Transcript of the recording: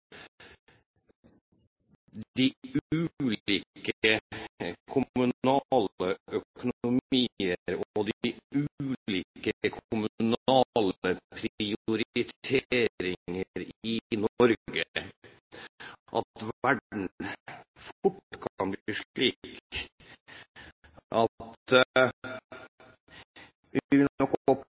de kommunale økonomier og de kommunale prioriteringer i Norge at verden fort kan bli slik i fremtiden at vi